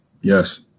Yes